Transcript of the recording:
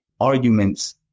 arguments